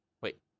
Wait